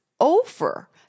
over